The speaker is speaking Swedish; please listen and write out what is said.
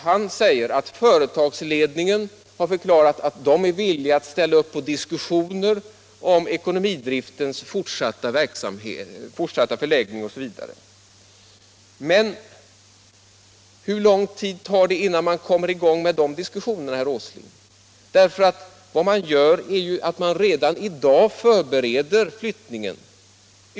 Han säger att företagsledningen i Åhléns har förklarat sig villig att diskutera ekonomidriftens fortsatta förläggning. Men hur lång tid tar det innan man kommer i gång med de diskussionerna, herr Åsling? Redan i dag förbereds flyttningen.